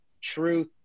truth